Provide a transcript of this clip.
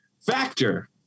Factor